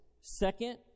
second